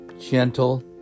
Gentle